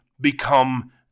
become